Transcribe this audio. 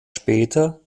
später